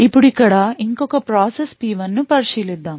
ఇప్పుడు ఇక్కడ ఇంకొక ప్రాసెస్ P1 ను పరిశీలిద్దాం